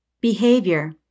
Behavior